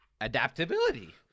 Adaptability